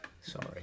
Sorry